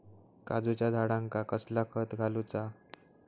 काजूच्या झाडांका कसला खत घालूचा?